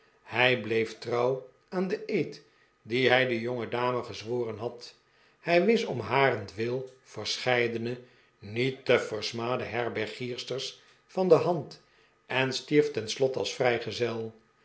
hij bleef trouw aan den eed dien hij de jongedame gezworen had hij wees om harentwil verscheidene niet te versmaden herbergiersters van de hand en stierf ten slotte als vrijgezel